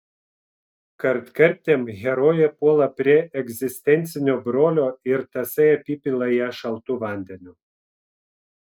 kartkartėm herojė puola prie egzistencinio brolio ir tasai apipila ją šaltu vandeniu